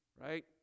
right